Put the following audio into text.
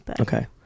Okay